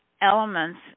elements